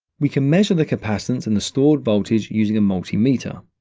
we can measure the capacitance and the stored voltage using a multimeter.